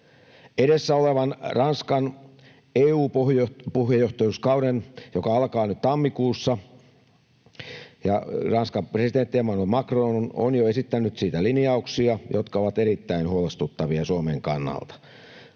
Edessä on Ranskan EU-puheenjohtajuuskausi, joka alkaa nyt tammikuussa, ja Ranskan presidentti Emmanuel Macron on jo esittänyt siitä linjauksia, jotka ovat erittäin huolestuttavia Suomen kannalta.